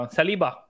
Saliba